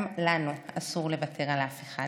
גם לנו אסור לוותר על אף אחד.